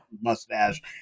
mustache